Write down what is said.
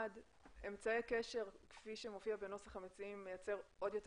אמצעי הקשר כפי שמופיע בנוסח המציעים מייצר עוד יותר